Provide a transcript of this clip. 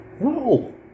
No